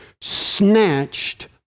snatched